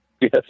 Yes